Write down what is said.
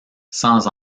sans